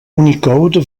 unicode